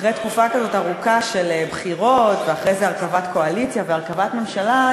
אחרי תקופה כזאת ארוכה של בחירות ואחרי זה הרכבת קואליציה והרכבת ממשלה,